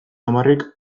hamarrek